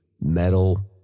metal